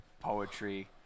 poetry